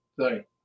sorry